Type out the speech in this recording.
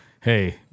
hey